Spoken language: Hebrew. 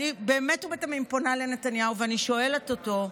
אני באמת ובתמים פונה לנתניהו ואני שואלת אותו: